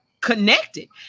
connected